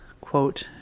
Quote